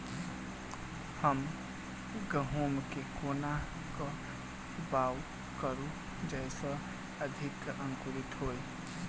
हम गहूम केँ कोना कऽ बाउग करू जयस अधिक अंकुरित होइ?